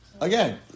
again